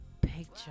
picture